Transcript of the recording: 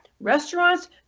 Restaurants